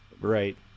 Right